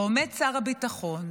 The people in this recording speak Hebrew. ועומד שר הביטחון,